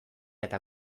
eta